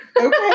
Okay